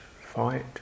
fight